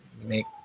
make